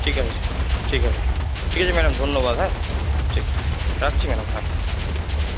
ঠিক আছে ঠিক আছে ঠিক আছে ম্যাডাম ধন্যবাদ হ্যাঁ ঠিক রাখছি ম্যাডাম হ্যাঁ হ্যাঁ